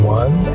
one